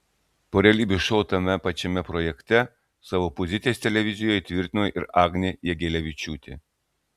po realybės šou tame pačiame projekte savo pozicijas televizijoje įtvirtino ir agnė jagelavičiūtė